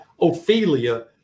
Ophelia